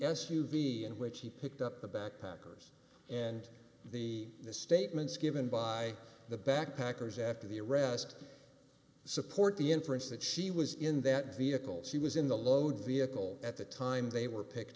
v in which he picked up the backpackers and the statements given by the backpackers after the arrest support the inference that she was in that vehicle she was in the load vehicle at the time they were picked